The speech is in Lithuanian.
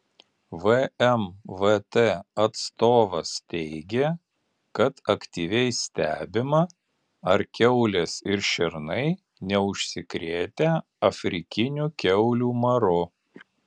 vmvt atstovas teigė kad aktyviai stebima ar kiaulės ir šernai neužsikrėtę afrikiniu kiaulių maru